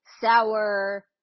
sour